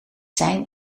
zijn